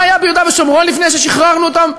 מה היה ביהודה ושומרון לפני ששחררנו אותם,